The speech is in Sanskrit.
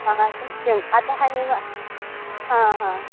हा सत्यम् अतः एव हा हा